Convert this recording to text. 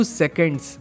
seconds